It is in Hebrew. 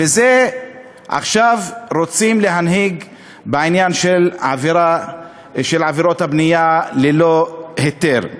ועכשיו רוצים להנהיג זאת בעניין של עבירות הבנייה ללא היתר.